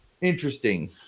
interesting